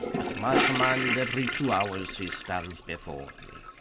at my command, every two hours he stands before me.